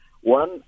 One